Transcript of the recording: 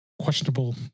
questionable